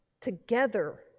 together